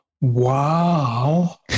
Wow